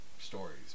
stories